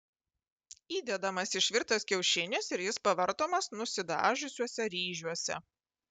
įdedamas išvirtas kiaušinis ir jis pavartomas nusidažiusiuose ryžiuose